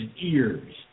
ears